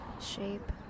shape